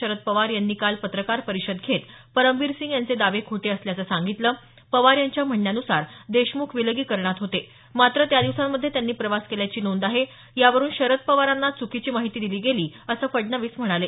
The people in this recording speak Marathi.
शरद पवारांनी काल पत्रकार परिषद घेत परमबीर सिंग यांचे दावे खोटे असल्याचं सांगितलं पवार यांच्या म्हणण्यानुसार देशमुख विलगीकरणात होते मात्र त्या दिवसांमध्ये त्यांनी प्रवास केल्याची नोंद आहे यावरुन शरद पवारांना च्रकीची माहिती दिली गेली असं फडणवीस म्हणाले